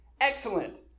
Excellent